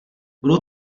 budou